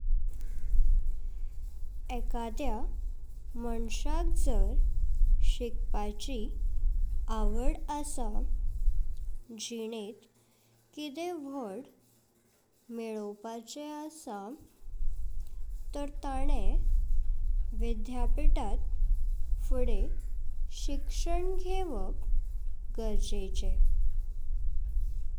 एकद्या माणसाक जर शिकपाची आवड आसा, जिनेत किदे व्हड मेलवपाचे आसा, तार ताणे विद्यापीतात फुडे शिक्षण घेवप गरजेचे।